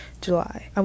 July